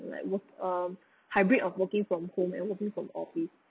like work~ um hybrid of working from home and working from office